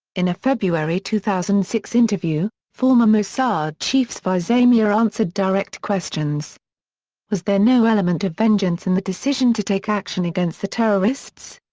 in a february two thousand and six interview, former mossad chief zvi zamir answered direct questions was there no element of vengeance in the decision to take action against the terrorists?